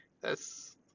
thats